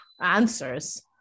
answers